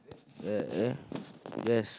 eh eh yes